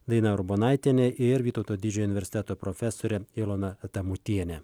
daina urbonaitienė ir vytauto didžiojo universiteto profesorė ilona tamutienė